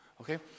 Okay